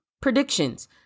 predictions